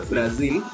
Brazil